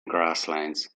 grasslands